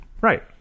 right